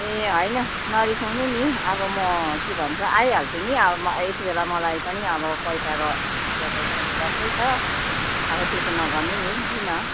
ए होइन नरिसाउनु नि अब म के भन्छ आइहाल्छु नि अब म यति बेला मलाई पनि अब पैसा रुपियाँहरूको जरुरत छ अब त्यसो नगर्नु नि किन